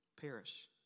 perish